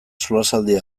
solasaldia